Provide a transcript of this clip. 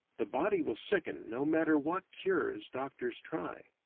the body will sicken no matter what cures doctors try.